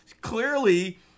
Clearly